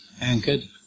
anchored